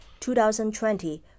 2020